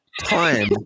time